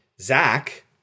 Zach